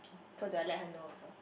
so do I let her know also